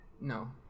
No